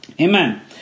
Amen